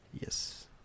Yes